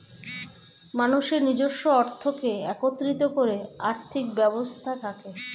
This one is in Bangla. মানুষের নিজস্ব অর্থকে একত্রিত করে আর্থিক ব্যবস্থা থাকে